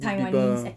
new people